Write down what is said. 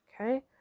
Okay